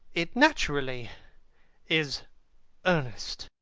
it naturally is ernest.